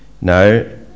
no